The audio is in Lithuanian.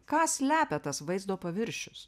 ką slepia tas vaizdo paviršius